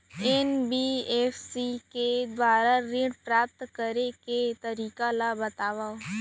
NBFC के दुवारा ऋण प्राप्त करे के तरीका ल बतावव?